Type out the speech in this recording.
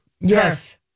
Yes